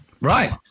Right